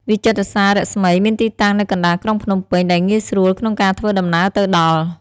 វិចិត្រសាលរស្មី មានទីតាំងនៅកណ្តាលក្រុងភ្នំពេញ ដែលងាយស្រួលក្នុងការធ្វើដំណើរទៅដល់។